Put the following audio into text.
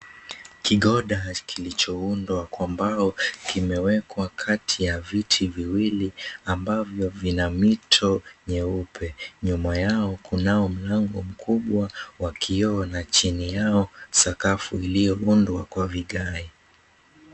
Kigoda kilichoundwa kwa mbao kimewekwa kati ya viti viwili ambavyo vina mito mieupe. Nyuma yao kunao mlango mkubwa wa kioo na chini yao sakafu iliyoundwa kwa vigae.